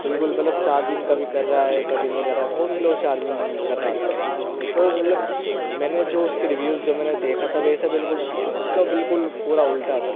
بالکل مطلب چارجنگ کبھی کر رہا ہے کبھی نہیں کر رہا ہے بہت سلو چارجنگ کر رہا تھا وہ تو مطلب میں نے جو اس کے ریویوز جب میں نے دیکھا تھا تب ایسا بالکل تھا ہی نہیں اس کا بالکل پورا الٹا تھا